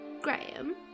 Graham